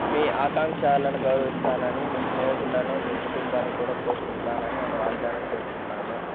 మీ ఆకాంక్షాలను గౌరవిస్తానని మీ స్నేహితులను మీ కుటుంబాన్ని కూడా పోషిస్తానని నేను వాగ్దానం చేస్తున్నాను